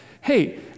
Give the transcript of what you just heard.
hey